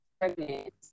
pregnant